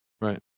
Right